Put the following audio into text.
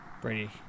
Brady